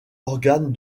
organe